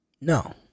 No